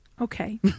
Okay